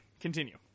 continue